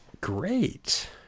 great